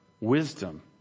Wisdom